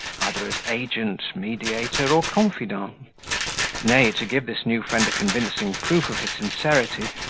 either as agent, mediator, or confidant nay, to give this new friend a convincing proof of his sincerity,